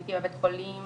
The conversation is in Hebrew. הייתי בבית חולים